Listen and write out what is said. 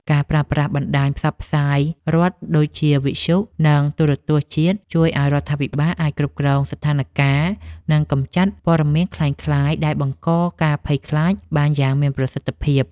ការប្រើប្រាស់បណ្ដាញផ្សព្វផ្សាយរដ្ឋដូចជាវិទ្យុ និងទូរទស្សន៍ជាតិ ជួយឱ្យរដ្ឋាភិបាលអាចគ្រប់គ្រងស្ថានការណ៍ និងកម្ចាត់ព័ត៌មានក្លែងក្លាយដែលបង្កការភ័យខ្លាចបានយ៉ាងមានប្រសិទ្ធភាព។